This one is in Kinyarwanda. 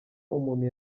umuntu